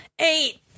Eight